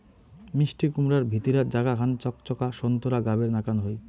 মিষ্টিকুমড়ার ভিতিরার জাগা খান চকচকা সোন্তোরা গাবের নাকান হই